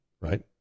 right